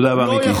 תודה רבה, מיקי.